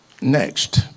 next